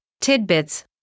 tidbits